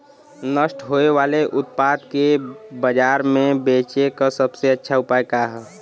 नष्ट होवे वाले उतपाद के बाजार में बेचे क सबसे अच्छा उपाय का हो?